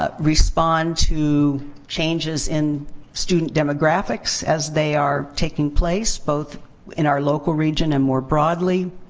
ah respond to changes in student demographics as they are taking place. both in our local region and more broadly.